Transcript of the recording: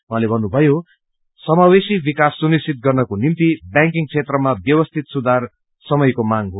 उहाँले भन्नुभयो समाावेशी विाकास सुनिश्चित गर्नको निम्ति बैंकिङ क्षेत्रामा व्यवस्थित सुधार समयाको मांग हो